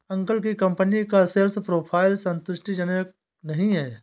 uncle की company का sales profile संतुष्टिजनक नही है